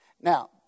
Now